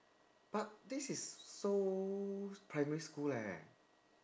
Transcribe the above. but this is so primary school leh